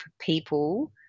people